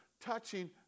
touching